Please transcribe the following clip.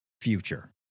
future